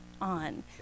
on